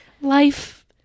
Life